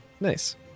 Nice